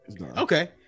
Okay